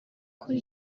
kuri